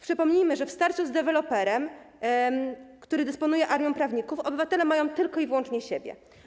Przypomnijmy, że w starciu z deweloperem, który dysponuje armią prawników, obywatele mają tylko i wyłącznie siebie.